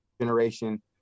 generation